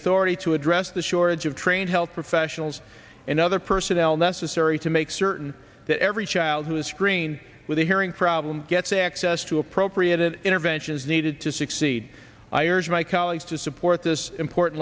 authority to address the shortage of trained health professionals and other personnel necessary to make certain that every child who has screen with a hearing problem gets access to appropriate an intervention is needed to succeed i urge my colleagues to support this important